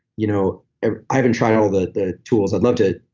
you know ah i haven't tried all the the tools. i'd love to,